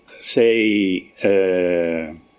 say